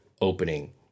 opening